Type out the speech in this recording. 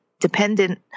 dependent